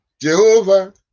Jehovah